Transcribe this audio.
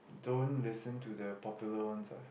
don't listen to the popular ones ah